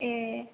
एह